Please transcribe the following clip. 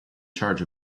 charge